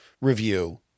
review